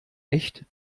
echt